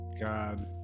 God